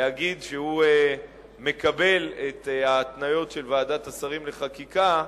להגיד שהוא מקבל את ההתניות של ועדת השרים לחקיקה,